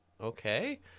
okay